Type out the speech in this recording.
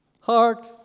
heart